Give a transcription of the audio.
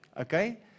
okay